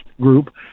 group